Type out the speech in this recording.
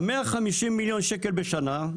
ה-150 מיליון ₪ בשנה,